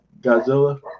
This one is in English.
godzilla